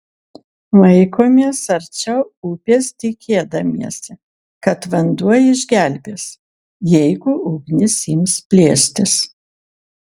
laikomės arčiau upės tikėdamiesi kad vanduo išgelbės jeigu ugnis ims plėstis